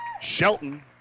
Shelton